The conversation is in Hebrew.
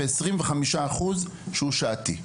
ו-25% שהוא שעתי.